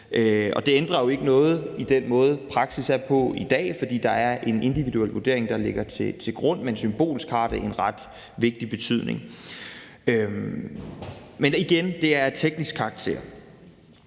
Det ændrer jo ikke noget i den måde, praksis er på i dag, for der er en individuel vurdering, der ligger til grund, men symbolsk har det en ret vigtig betydning. Men igen vil jeg sige, at det er af teknisk karakter.